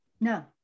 No